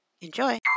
Enjoy